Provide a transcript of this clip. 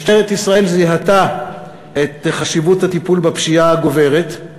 משטרת ישראל זיהתה את חשיבות הטיפול בפשיעה הגוברת,